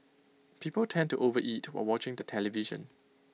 people tend to overeat while watching the television